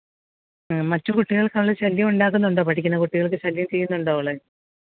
മറ്റു കുട്ടികൾക്ക് അവള് ശല്യമുണ്ടാക്കുന്നുണ്ടോ പഠിക്കുന്ന കുട്ടികൾക്ക് ശല്യം ചെയ്യുന്നുണ്ടോ അവള്